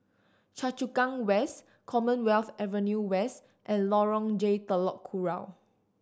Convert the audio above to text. Choa Chu Kang West Commonwealth Avenue West and Lorong J Telok Kurau